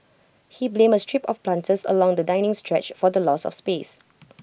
he blamed A strip of planters along the dining stretch for the loss of space